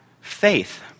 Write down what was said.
faith